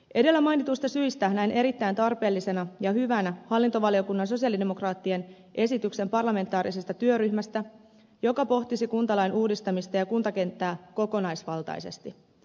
edellä mainituista syistä näen erittäin tarpeellisena ja hyvänä hallintovaliokunnan sosialidemokraattien esityksen parlamentaarisesta työryhmästä joka pohtisi kuntalain uudistamista ja kuntakenttää kokonaisvaltaisesti